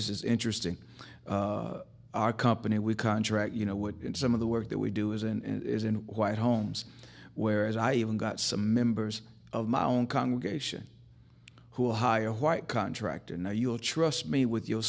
this is interesting our company we contract you know what some of the work that we do is and is in white homes whereas i even got some members of my own congregation who will hire a white contractor now you will trust me with your